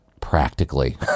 practically